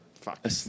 fuck